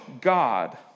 God